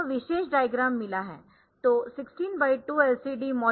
तो 16 by 2 LCD module